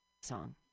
song